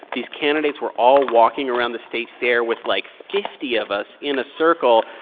these candidates were all walking around the state fair with, like, fifty of us in a circle,